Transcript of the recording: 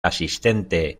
asistente